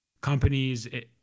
companies